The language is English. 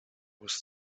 was